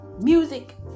Music